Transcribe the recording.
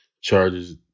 charges